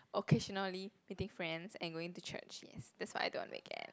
occasionally meeting friends and going to church yes that's what I do on the weekend